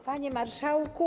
Panie Marszałku!